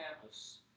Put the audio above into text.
campus